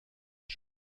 der